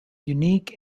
unique